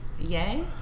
Yay